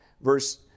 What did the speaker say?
verse